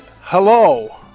Hello